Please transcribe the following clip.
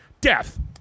Death